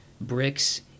bricks